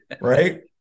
right